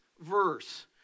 verse